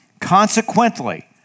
Consequently